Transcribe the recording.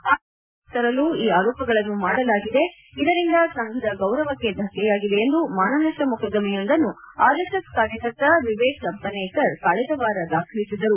ಆರ್ಎಸ್ಎಸ್ಗೆ ಕೆಟ್ನ ಹೆಸರು ತರಲು ಈ ಆರೋಪಗಳನ್ನು ಮಾಡಲಾಗಿದೆ ಇದರಿಂದ ಸಂಘದ ಗೌರವಕ್ಕೆ ಧಕ್ಕೆ ಯಾಗಿದೆ ಎಂದು ಮಾನನಷ್ಟ ಮೊಕದ್ದಮೆಯೊಂದನ್ನು ಆರ್ಎಸ್ಎಸ್ ಕಾರ್ಯಕರ್ತ ವಿವೇಕ್ ಚಂಪನೇಕರ್ ಕಳೆದ ವಾರ ದಾಖಲಿಸಿದ್ದಾರೆ